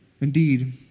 Indeed